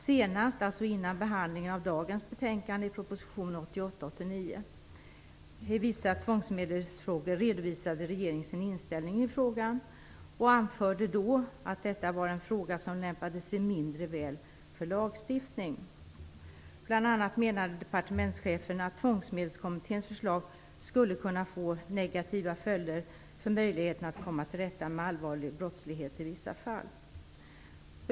Senast, alltså innan behandlingen av dagens betänkande, redovisade regeringen sin inställning i frågan i en proposition från 1988/89 om vissa tvångsmedelsfrågor och anförde då att detta var en fråga som lämpade sig mindre väl för lagstiftning. Bl.a. menade departementschefen att Tvångsmedelkommitténs förslag skulle kunna få negativa följder för möjligheterna att komma till rätta med allvarlig brottslighet i vissa fall.